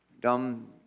dumb